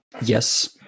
Yes